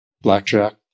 Blackjack